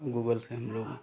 Google से हम लोग